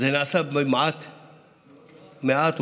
זה נעשה מעט ובמשורה.